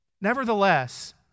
Nevertheless